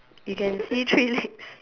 you can see three legs